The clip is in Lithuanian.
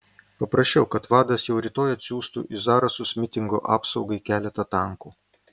paprašiau kad vadas jau rytoj atsiųstų į zarasus mitingo apsaugai keletą tankų